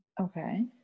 Okay